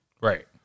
Right